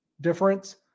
difference